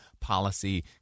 policy